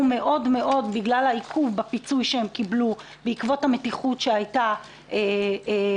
מאוד מאוד בגלל העיכוב בפיצוי שהם קיבלו בעקבות המתיחות שהיתה בישראל.